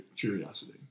curiosity